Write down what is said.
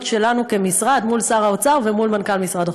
שלנו כמשרד מול שר האוצר ומול מנכ"ל משרד החוץ.